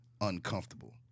uncomfortable